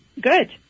Good